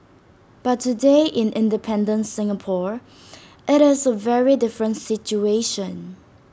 but today in independent Singapore IT is A very different situation